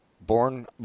born